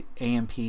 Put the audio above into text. AMP